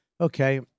Okay